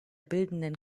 bildenden